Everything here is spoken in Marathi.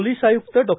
पोलिस आय्क्त डॉ